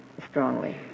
strongly